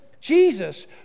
Jesus